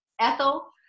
Ethel